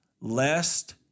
lest